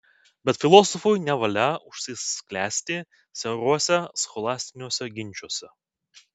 bet filosofui nevalia užsisklęsti siauruose scholastiniuose ginčuose